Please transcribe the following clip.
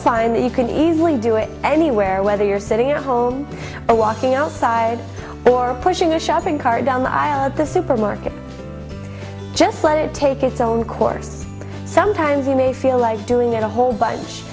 find that you could easily do it anywhere whether you're sitting at home or walking outside or pushing a shopping cart down the aisle of the supermarket just let it take its own quarters sometimes you may feel like doing it a whole bunch